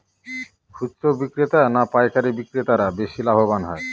খুচরো বিক্রেতা না পাইকারী বিক্রেতারা বেশি লাভবান হয়?